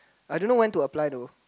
I don't know when to apply though